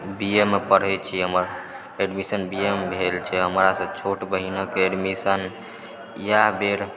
बीएमे पढ़य छी हमर एडमिसन बीएमे भेल छै हमरासँ छोट बहिनके एडमिशन इएह बेर